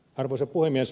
arvoisa puhemies